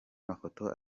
mafoto